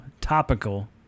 Topical